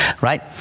right